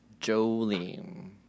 Jolene